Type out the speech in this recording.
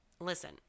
listen